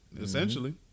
essentially